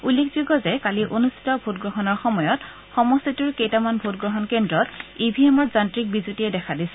উল্লেখযোগ্য যে কালি অনুষ্ঠিত ভোট গ্ৰহণৰ সময়ত সমষ্টিটোৰ কেইটামান ভোট গ্ৰহণ কেন্দ্ৰত ই ভি এমত যান্ত্ৰিত বিজুতিয়ে দেখা দিছিল